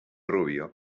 rubio